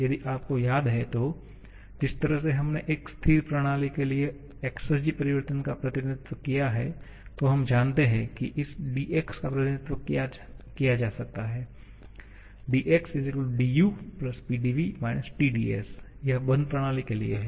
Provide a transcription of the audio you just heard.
यदि आपको याद है तो जिस तरह से हमने एक स्थिर प्रणाली के लिए एक्सेरजी परिवर्तन का प्रतिनिधित्व किया है तो हम जानते हैं कि इस dX का प्रतिनिधित्व किया जा सकता है dX dU PdV − TdS यह बंध प्रणाली के लिए है